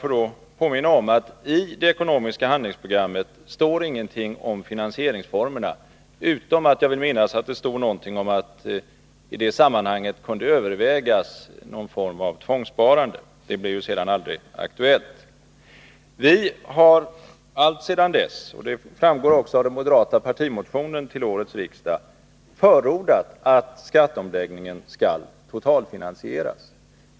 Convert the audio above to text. Jag får påminna om att i det ekonomiska handlingsprogrammet står ingenting om finansieringsformerna — förutom att det, vill jag minnas, står någonting om att i det sammanhanget kunde övervägas någon form av tvångssparande, vilket ju sedan aldrig blev aktuellt. Vi har alltsedan dess — som också framgår av den moderata partimotionen till årets riksdag — förordat att en marginalskattereform skall totalfinansieras.